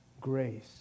grace